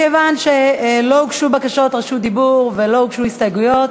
מכיוון שלא הוגשו בקשות רשות דיבור ולא הוגשו הסתייגויות,